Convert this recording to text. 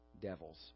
devils